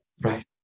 Right